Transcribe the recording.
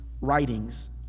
writings